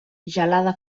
gelada